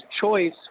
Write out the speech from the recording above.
choice